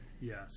Yes